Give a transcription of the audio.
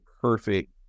perfect